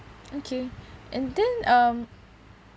okay and then um